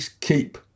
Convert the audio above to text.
keep